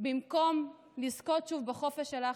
במקום לזכות שוב בחופש שלך,